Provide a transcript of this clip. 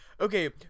Okay